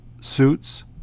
suits